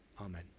Amen